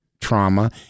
trauma